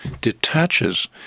detaches